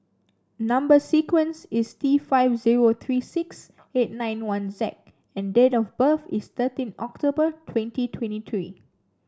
number sequence is T five zero three six eight nine one Z and date of birth is thirteen October twenty twenty three